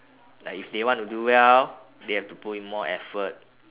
like if they want to do well they have to put in more effort